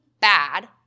bad